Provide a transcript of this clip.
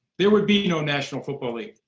there would be no national football league.